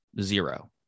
Zero